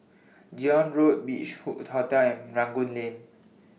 Zion Road Beach Hood Hotel and Rangoon Lane